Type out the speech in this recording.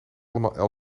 allemaal